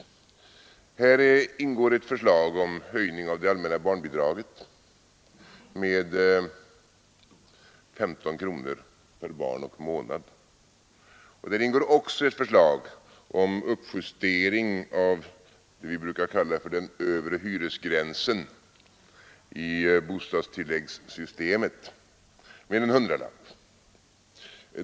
I propositionen ingår ett förslag om höjning av det allmänna barnbidraget med 15 kronor per barn och månad, och det ingår också ett förslag om uppjustering av det vi brukar kalla den övre hyresgränsen i bostadstilläggssystemet med en hundralapp.